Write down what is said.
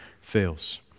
fails